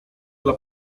dla